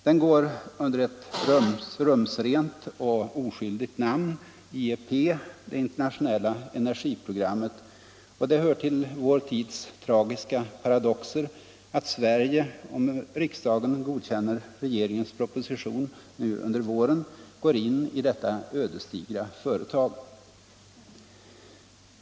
Den går unrande arabstaterder ett rumsrent och oskyldigt namn, IEP, det internationella energina, m.m. programmet, och det hör till vår tids tragiska paradoxer att Sverige, om riksdagen godkänner regeringens proposition nu under våren, går in i detta ödesdigra företag.